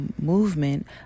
movement